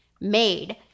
made